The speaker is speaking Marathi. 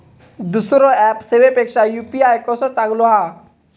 दुसरो ऍप सेवेपेक्षा यू.पी.आय कसो चांगलो हा?